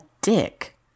dick